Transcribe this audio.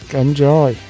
enjoy